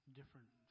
different